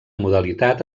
modalitat